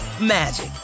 magic